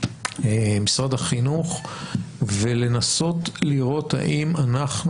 משרד החינוך ולנסות לראות האם אנחנו